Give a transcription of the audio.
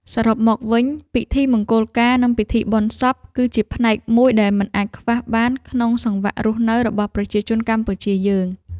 សរុបមកវិញ ពិធីមង្គលការនិងពិធីបុណ្យសព គឺជាផ្នែកមួយដែលមិនអាចខ្វះបានក្នុងសង្វាក់រស់នៅរបស់ប្រជាជនកម្ពុជាយើង។